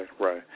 right